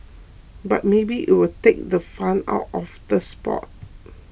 but maybe it will take the fun out of the sport